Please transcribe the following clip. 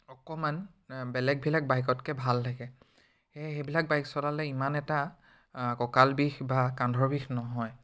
অকমান বেলেগবিলাক বাইকতকৈ ভাল থাকে সেয়ে সেইবিলাক বাইক চলালে সিমান এটা কঁকাল বিষ বা কান্ধৰ বিষ নহয়